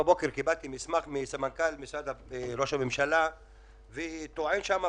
הבוקר קיבלתי מסמך מסמנכ"ל משרד ראש הממשלה והוא טוען שם,